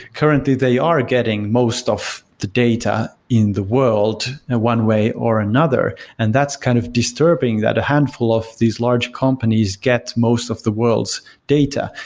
currently they are getting most of the data in the world one way or another, and that's kind of disturbing that a handful of these large companies get most of the world's data.